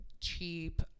cheap